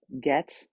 Get